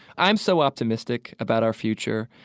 i'm so optimistic about our future,